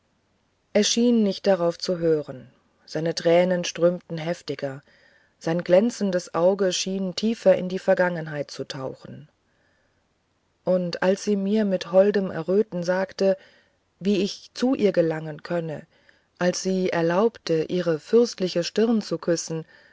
schien nicht darauf zu hören seine tränen strömten heftiger sein glänzendes auge schien tiefer in die vergangenheit zu tauchen und als sie mir mit holdem erröten sagte wie ich zu ihr gelangen könne als sie erlaubte ihre fürstliche stirne zu küssen